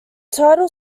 title